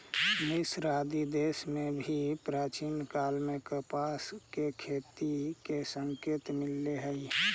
मिस्र आदि देश में भी प्राचीन काल में कपास के खेती के संकेत मिलले हई